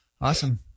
Awesome